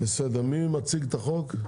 מי מציג את החוק?